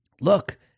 look